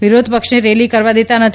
વિરોધપક્ષને rally કરવા દેતા નથી